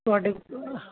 ਤੁਹਾਡੇ